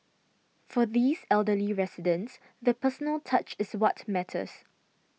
for these elderly residents the personal touch is what matters